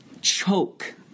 choke